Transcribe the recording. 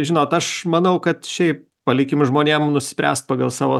žinot aš manau kad šiaip palikim žmonėm nuspręst pagal savo